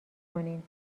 کنین